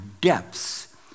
depths